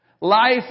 Life